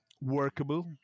workable